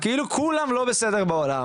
כאילו כולם לא בסדר בעולם.